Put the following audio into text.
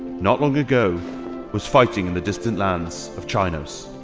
not long ago was fighting in the distant lands of chai'nos,